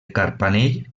carpanell